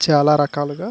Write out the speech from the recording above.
చాలా రకాలుగా